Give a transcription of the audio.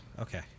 Okay